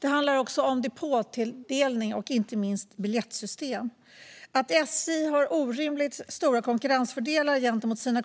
Det handlar också om depåtilldelning och inte minst biljettsystem. Att SJ har orimligt stora konkurrensfördelar gentemot sina